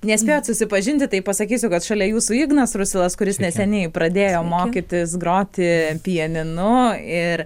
nespėjot susipažinti tai pasakysiu kad šalia jūsų ignas rusilas kuris neseniai pradėjo mokytis groti pianinu ir